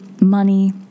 money